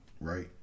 right